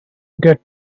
get